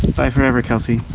bye forever, kelsey.